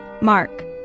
Mark